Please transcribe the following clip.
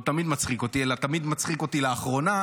לא תמיד מצחיק אותי, אלא תמיד מצחיק אותי לאחרונה,